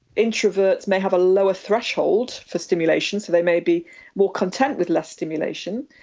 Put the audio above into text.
introverts may have a lower threshold for stimulation, so they may be more content with less stimulation.